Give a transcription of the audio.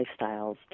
lifestyles